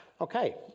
Okay